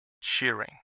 cheering